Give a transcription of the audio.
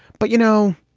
but you know,